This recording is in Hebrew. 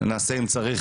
נעשה אם צריך,